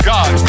God